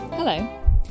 Hello